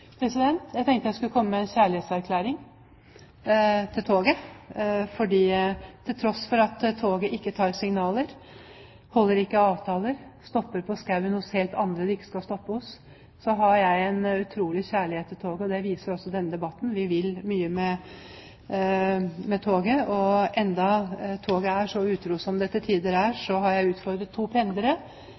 Jeg tenkte jeg skulle komme med en kjærlighetserklæring – til toget. Til tross for at toget ikke tar signaler, ikke holder avtaler og stopper i skogen hos helt andre, som det ikke skal stoppe hos, har jeg en utrolig kjærlighet til toget. Det viser jo også denne debatten. Vi vil mye med toget. Og selv om toget er så utro som det til tider er, har jeg utfordret to pendlere,